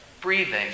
breathing